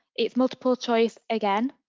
it's multiple choice again.